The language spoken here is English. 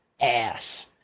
ass